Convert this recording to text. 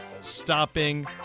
stopping